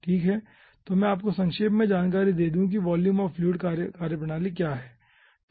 ठीक है तो मैं आपको संक्षेप में जानकारी दे दूं कि वॉल्यूम ऑफ़ फ्लूइड कार्यप्रणाली क्या है